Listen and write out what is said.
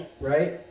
right